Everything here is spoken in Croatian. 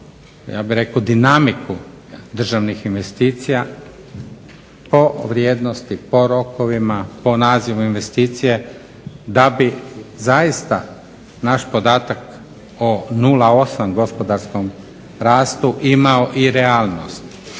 ja bih rekao dinamiku državnih investicija po vrijednosti, po rokovima, po nazivu investicije da bi zaista naš podatak o 0,8 gospodarskom rastu imao i realnost.